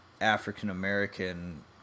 African-American